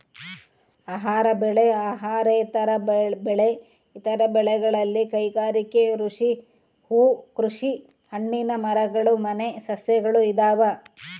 ಆಹಾರ ಬೆಳೆ ಅಹಾರೇತರ ಬೆಳೆ ಇತರ ಬೆಳೆಗಳಲ್ಲಿ ಕೈಗಾರಿಕೆ ಹೂಕೃಷಿ ಹಣ್ಣಿನ ಮರಗಳು ಮನೆ ಸಸ್ಯಗಳು ಇದಾವ